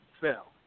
fell